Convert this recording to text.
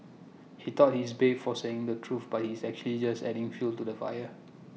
he thought he's brave for saying the truth but he's actually just adding fuel to the fire